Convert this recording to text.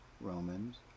Romans